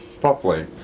properly